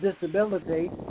disability